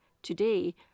Today